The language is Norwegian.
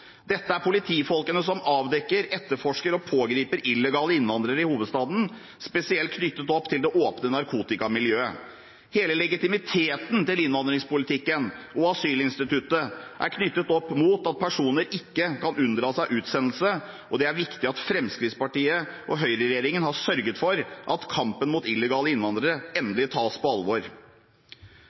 Dette er politifolkene som avdekker, etterforsker og pågriper illegale innvandrere i hovedstaden, spesielt knyttet opp til det åpne narkotikamiljøet. Hele legitimiteten til innvandringspolitikken og asylinstituttet er knyttet opp mot at personer ikke kan unndra seg utsendelse, og det er viktig at Høyre–Fremskrittsparti-regjeringen har sørget for at kampen mot illegale innvandrere endelig tas på alvor.